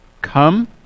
come